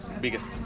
biggest